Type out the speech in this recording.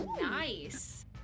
Nice